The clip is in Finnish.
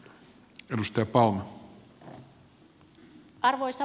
arvoisa puhemies